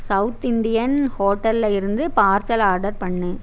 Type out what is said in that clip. south Indian ஹோட்டலில் இருந்து parcel order பண்ணு